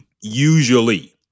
Usually